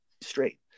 straight